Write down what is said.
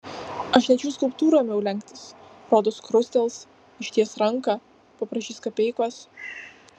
aš net šių skulptūrų ėmiau lenktis rodos krustels išties ranką paprašys kapeikos